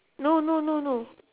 no no no no